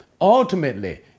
Ultimately